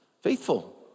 Faithful